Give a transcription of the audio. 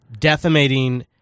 defamating